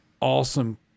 awesome